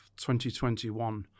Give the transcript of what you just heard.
2021